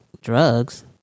drugs